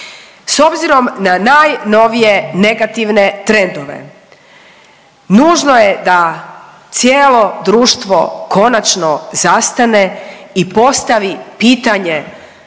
S obzirom na najnovije negativne trendove nužno je da cijelo društvo konačno zastane i postavi pitanje